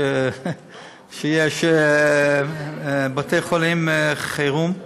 יש בתי חולים לחירום.